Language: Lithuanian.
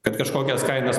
kad kažkokias kainas